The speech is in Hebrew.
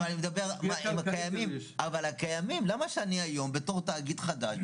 אבל הקיימים - למה שאני היום בתור תאגיד חדש,